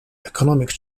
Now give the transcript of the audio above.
economic